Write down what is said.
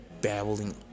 babbling